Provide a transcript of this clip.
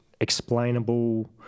explainable